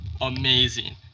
amazing